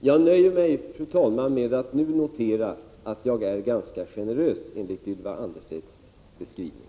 Fru talman! Jag nöjer mig med att nu notera att jag är ganska generös, enligt Ylva Annerstedts beskrivning.